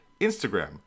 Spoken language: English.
Instagram